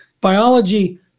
biology